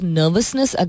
nervousness